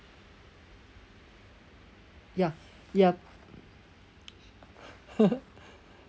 ya yup